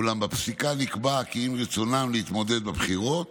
אולם בפסיקה נקבע כי אם רצונם להתמודד בבחירות,